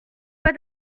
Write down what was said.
pas